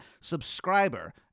subscriber